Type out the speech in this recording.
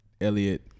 Elliot